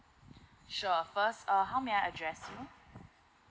sure first uh how may I address you